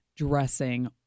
dressing